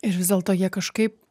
ir vis dėlto jie kažkaip